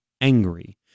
angry